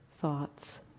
thoughts